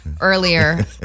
earlier